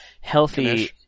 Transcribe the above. healthy